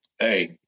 hey